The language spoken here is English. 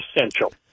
essential